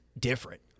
different